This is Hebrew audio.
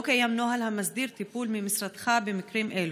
לא קיים נוהל המסדיר טיפול ממשרדך במקרים אלו.